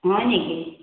হয় নেকি